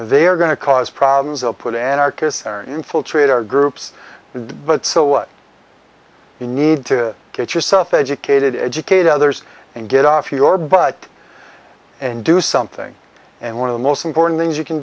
they are going to cause problems or put an artist or infiltrate our groups in but so what you need to get yourself educated educate others and get off your butt and do something and one of the most important things you can